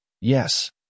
yes